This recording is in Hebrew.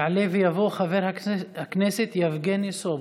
יעלה ויבוא חבר הכנסת יבגני סובה,